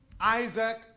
Isaac